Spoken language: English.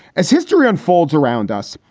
as history unfolds around us,